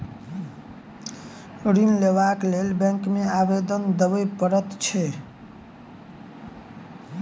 ऋण लेबाक लेल बैंक मे आवेदन देबय पड़ैत छै